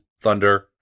Thunder